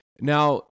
Now